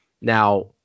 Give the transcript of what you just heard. Now